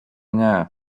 nie